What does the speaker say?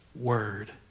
Word